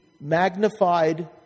magnified